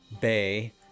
Bay